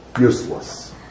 useless